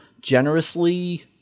generously